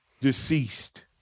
deceased